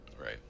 Right